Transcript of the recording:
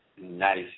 nice